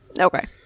Okay